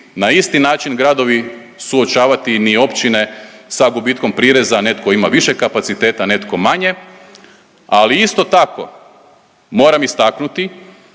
na isti način gradovi suočavati ni općine sa gubitkom prireza, netko ima više kapaciteta, netko manje, ali isto tako, moram istaknuti